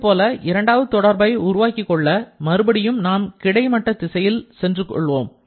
இதேபோல இரண்டாவது தொடர்பை உருவாக்கிக்கொள்ள மறுபடியும் நாம் கிடைமட்ட திசையில் சென்று கொள்வோம்